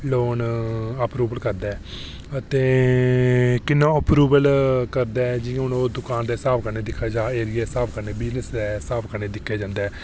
loan approval करदा ऐ ते किन्ना अप्रूवल करदा ऐ ते ओह् दुकान दे स्हाब कन्नै एरिया दे स्हाब कन्नै ते बिज़नेस दे स्हाब कन्नै दिक्खेआ जंदा ऐ